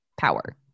power